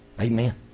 Amen